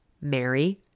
Mary